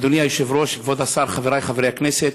אדוני היושב-ראש, כבוד השר, חברי חברי הכנסת,